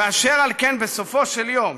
אשר על כן, בסופו של דבר,